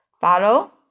follow